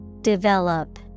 Develop